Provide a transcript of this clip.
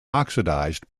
oxidised